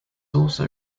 also